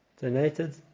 donated